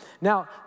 Now